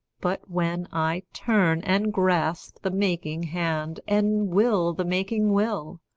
but when i turn and grasp the making hand, and will the making will,